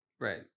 Right